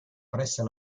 presso